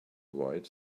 white